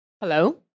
Hello